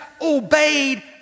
obeyed